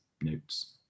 notes